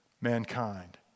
mankind